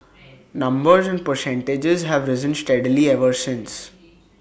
numbers and percentages have risen steadily ever since